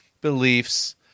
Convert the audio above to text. beliefs